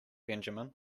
benjamin